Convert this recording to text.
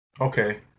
Okay